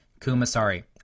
Kumasari